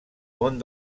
món